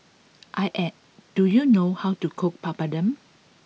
I at do you know how to cook Papadum